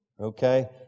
Okay